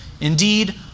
Indeed